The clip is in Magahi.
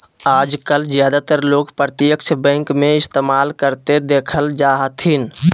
आजकल ज्यादातर लोग प्रत्यक्ष बैंक के इस्तेमाल करते देखल जा हथिन